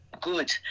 good